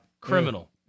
Criminal